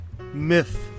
Myth